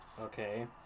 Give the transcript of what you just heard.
Okay